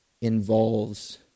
Involves